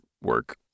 work